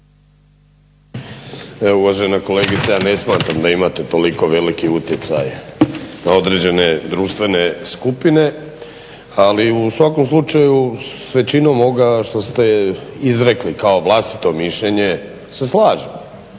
Uvažena kolegice ja ne smatram da imate toliko veliki utjecaj na određene društvene skupine, ali u svakom slučaju s većinom ovoga što ste izrekli kao vlastito mišljenje se slažem.